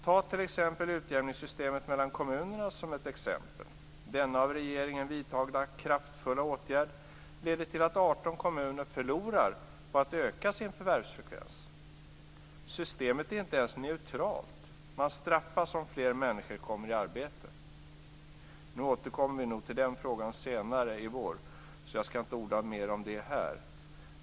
Ta som ett exempel utjämningssystemet mellan kommunerna. Denna av regeringen vidtagna "kraftfulla åtgärd" leder till att 18 kommuner förlorar på att öka sin förvärvsfrekvens. Systemet är inte ens neutralt. Man straffas om fler människor kommer i arbete. Nu återkommer vi nog till den frågan senare i vår, så jag skall inte orda mer om den här.